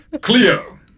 Cleo